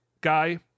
guy